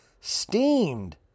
Steamed